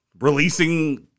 releasing